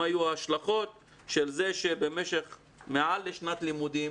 מה יהיו ההשלכות של זה שבמשך מעל לשנת לימודים